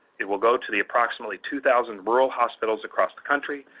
it will go to the approximately two thousand rural hospitals across the country,